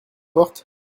porte